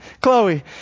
chloe